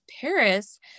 Paris